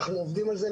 אנחנו עובדים על זה,